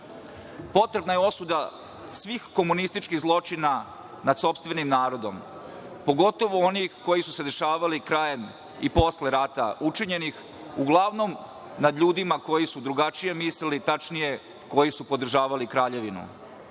potrebna je osuda svih komunističkih zločina nad sopstvenim narodom, pogotovo onih koji su se dešavali krajem i posle rata, učinjenih uglavnom nad ljudima koji su drugačije mislili, tačnije koji su podržavali kraljevinu. Jedan